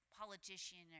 politician